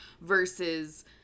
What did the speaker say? versus